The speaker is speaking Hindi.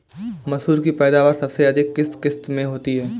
मसूर की पैदावार सबसे अधिक किस किश्त में होती है?